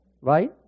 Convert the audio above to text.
right